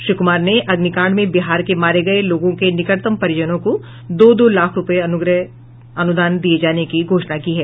श्री कुमार ने अग्निकांड में बिहार के मारे गये लोगों के निकटतम परिजनों को दो दो लाख रूपये अनुग्रह अनुदान दिये जाने की घोषणा की है